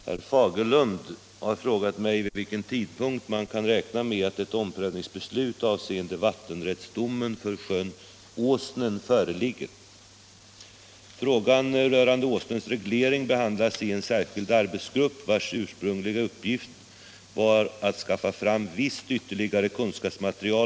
Herr Fagerlund har frågat mig vid vilken tidpunkt man kan räkna med att ett omprövningsbeslut avseende vattenrättsdomen för sjön Åsnen föreligger.